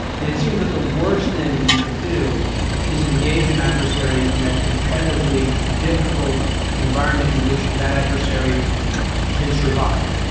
and it seems that the worst thing that you can do is engage an adversary in a competitively difficult environment in which that adversary can survive.